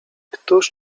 któż